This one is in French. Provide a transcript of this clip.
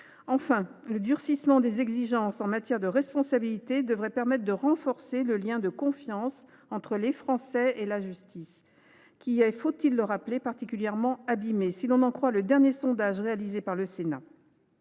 Enfin, le durcissement des exigences en matière de responsabilité devrait permettre de renforcer le lien de confiance entre les Français et leur justice qui est, faut-il le rappeler, particulièrement abîmé, si l’on en croit le dernier sondage réalisé par le Sénat